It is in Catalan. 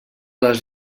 les